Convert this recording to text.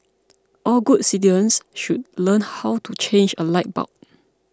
all good citizens should learn how to change a light bulb